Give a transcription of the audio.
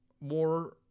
more